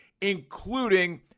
including